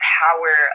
power